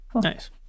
Nice